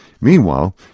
Meanwhile